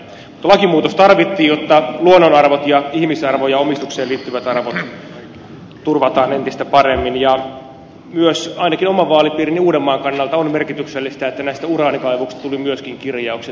mutta lakimuutos tarvittiin jotta luonnonarvot ja ihmisarvo ja omistukseen liittyvät arvot turvataan entistä paremmin ja myös ainakin oman vaalipiirini uudenmaan kannalta on merkityksellistä että myöskin näistä uraanikaivoksista tuli kirjaukset